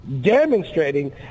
demonstrating